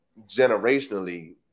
generationally